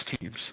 teams